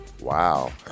Wow